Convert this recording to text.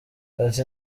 ati